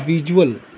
visual